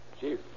Chief